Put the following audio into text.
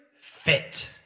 fit